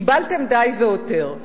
קיבלתם די והותר.